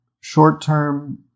short-term